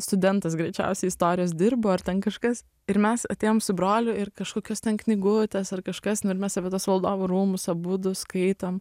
studentas greičiausiai istorijos dirbo ar ten kažkas ir mes atėjom su broliu ir kažkokios ten knygutes ar kažkas nu ir mes apie tuos valdovų rūmus abudu skaitom